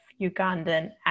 Ugandan